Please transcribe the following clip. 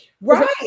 Right